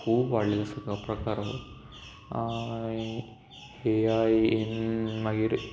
खूब वाडलेलो आसा प्रकार हो एआयइन मागीर